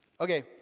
Okay